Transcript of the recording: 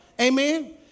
Amen